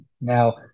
Now